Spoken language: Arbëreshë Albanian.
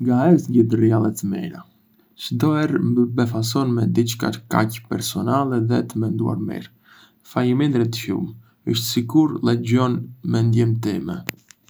ngaherë zgjedh rrjalle më të mira... çdo herë më befason me diçka kaq personale dhe të menduar mirë. Faleminderit shumë, është sikur lexon mendjen time.